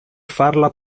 farla